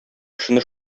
кешене